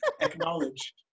Acknowledge